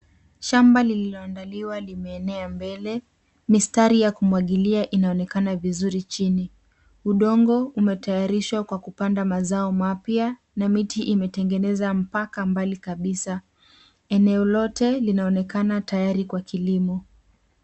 Shamba lililoandaliwa limeenea mbele. Mistari ya kumwagilia inaonekana vizuri chini. Udongo umetayarishwa kwa kupanda mazao mapya na miti imetengeneza mpaka mbali kabisa. Eneo lote linaonekana tayari kwa kilimo.